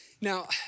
Now